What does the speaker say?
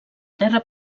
pedra